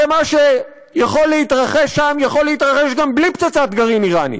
הרי מה שיכול להתרחש שם יכול להתרחש גם בלי פצצת גרעין איראנית,